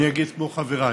אני אגיד, כמו חבריי: